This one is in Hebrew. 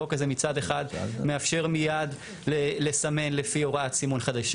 החוק הזה מצד אחד מאפשר מיד לסמן לפי הוראת סימון חדשה.